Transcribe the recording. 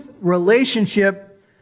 relationship